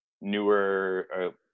newer